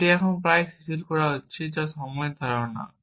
এটি এখন প্রায়শই শিথিল করা হচ্ছে যা সময়ের ধারণা